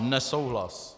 Nesouhlas.